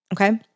okay